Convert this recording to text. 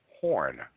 Horn